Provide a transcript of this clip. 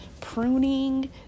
pruning